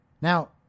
Now